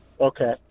Okay